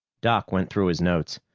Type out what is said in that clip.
doc went through his notes.